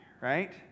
right